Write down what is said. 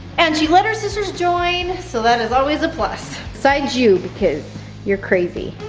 and she let her sisters join, so that is always a plus, besides you, because you're crazy.